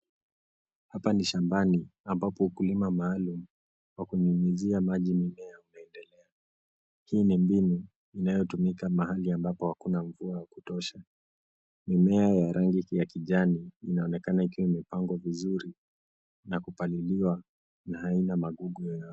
Hapa ni shambani ambapo ukulima maalum wa kunyunyizia maji mimea unaendelea. Hii ni mbinu inayotumika mahali ambapo hakuna mvua ya kutosha. Mimea ya rangi ya kijani inaonekana ikiwa imepangwa vizuri na kupaliliwa na haina magugu yoyote.